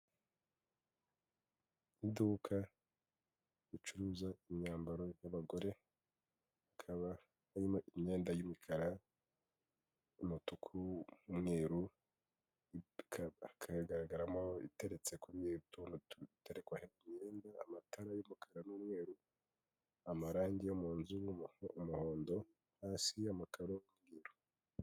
Iduka ricuruza imyambaro y'abagore hakaba harimo imyenda y'imikara ,umutuku, umweru hakagaragaramo iteretse kutuntu duterekwaho imyenda, amatara y'umukara n'umweru amarangi yo mu nzu yo mu nzu asa umuhondo hasi amakaro y'ubururu.